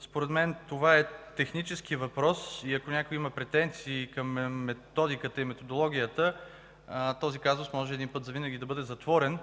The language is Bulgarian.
Според мен това е технически въпрос и ако някой има претенции към методиката и методологията, този казус може един път завинаги да бъде затворен.